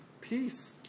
peace